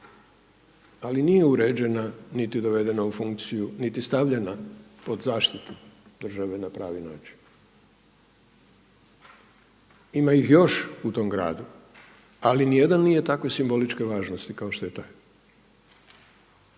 ali nije uređena niti dovedena u funkciju, niti stavljena pod zaštitu države na pravi način. Ima ih još u tom gradu, ali niti jedan nije takve simboličke važnosti kao što je taj.